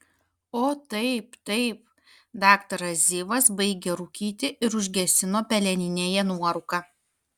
o taip taip daktaras zivas baigė rūkyti ir užgesino peleninėje nuorūką